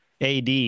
Ad